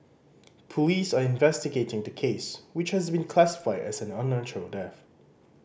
police are investigating the case which has been classified as an unnatural death